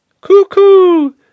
Cuckoo